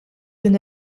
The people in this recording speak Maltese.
din